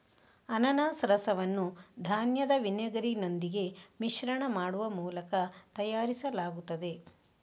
ಅನಾನಸ್ ರಸವನ್ನು ಧಾನ್ಯದ ವಿನೆಗರಿನೊಂದಿಗೆ ಮಿಶ್ರಣ ಮಾಡುವ ಮೂಲಕ ತಯಾರಿಸಲಾಗುತ್ತದೆ